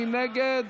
מי נגד?